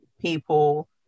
people